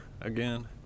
again